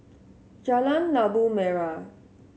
Jalan Labu Merah